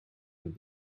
with